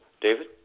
David